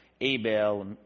Abel